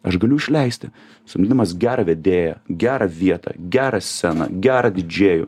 aš galiu išleisti samdydamas gerą vedėją gerą vietą gerą sceną gerą didžėjų